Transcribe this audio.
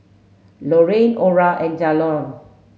Lorrayne Orra and Jalon